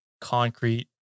concrete